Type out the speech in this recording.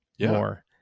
more